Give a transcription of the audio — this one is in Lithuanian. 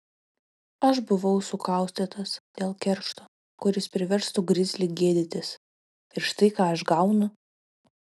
aš buvau sukaustytas dėl keršto kuris priverstų grizlį gėdytis ir štai ką aš gaunu